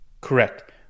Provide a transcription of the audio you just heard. Correct